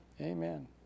Amen